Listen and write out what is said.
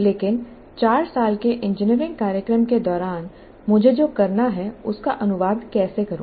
लेकिन 4 साल के इंजीनियरिंग कार्यक्रम के दौरान मुझे जो करना है उसका अनुवाद कैसे करूं